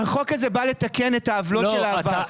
אבל החוק הזה בא לתקן את העוולות של העבר,